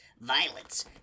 violence